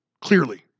clearly